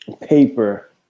paper